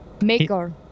maker